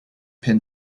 penn